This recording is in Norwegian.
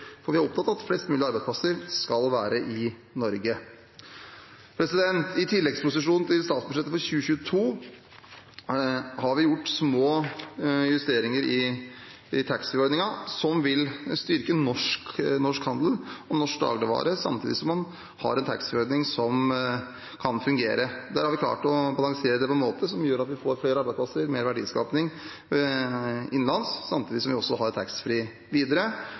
For vi er opptatt av at flest mulig arbeidsplasser skal være i Norge. I tilleggsproposisjonen til statsbudsjettet for 2022 har vi gjort små justeringer i taxfree-ordningen som vil styrke norsk handel, også norsk dagligvarehandel, samtidig som man har en taxfree-ordning som kan fungere. Det har vi klart å balansere på en måte som gjør at vi får flere arbeidsplasser og mer verdiskaping innenlands samtidig som vi også har med taxfree-ordningen videre.